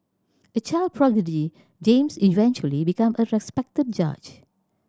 a child prodigy James eventually became a respected judge